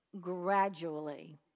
gradually